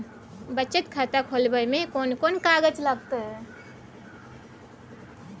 बचत खाता खोलबै में केना कोन कागज लागतै?